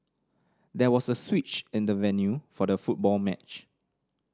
there was a switch in the venue for the football match